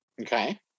Okay